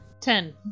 Ten